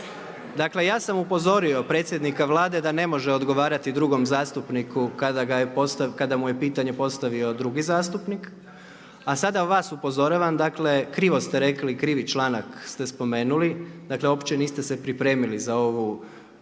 Dakle ja sam upozorio predsjednika Vlade da ne može odgovarati drugom zastupniku kada mu je pitanje postavio drugi zastupnik a sada vas upozoravam, dakle krivo ste rekli, krivi članak ste spomenuli, dakle uopće se niste pripremili za ovu